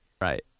Right